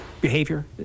behavior